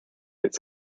its